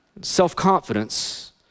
Self-confidence